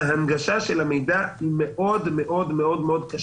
ההנגשה של המידע היא מאוד קשה.